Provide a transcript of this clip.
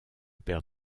père